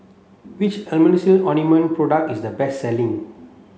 which Emulsying ointment product is the best selling